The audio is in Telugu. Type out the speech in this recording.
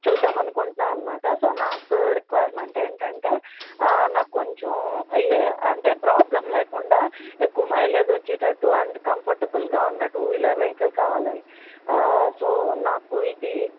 చూద్దామనుకుంటున్నాను అనమాట సో నాకు రిక్వైర్మెంట్ ఏంటంటే నాకు కొంచెం అంటే ప్రాబ్లమ్ లేకుండా ఎక్కువ మైలేజ్ వచ్చేటట్టు అండ్ కంఫర్టబుల్గా ఉన్న టూ వీలర్ వెహికల్ కావాలి సో నాకు ఇది